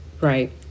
right